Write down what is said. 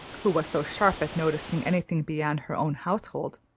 who was so sharp at noticing anything beyond her own household,